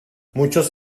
muchos